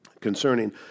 concerning